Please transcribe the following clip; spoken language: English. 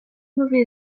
movie